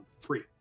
free